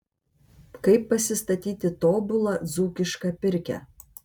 kaip pasistatyti tobulą dzūkišką pirkią